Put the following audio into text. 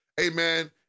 amen